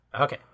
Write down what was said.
Okay